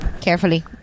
Carefully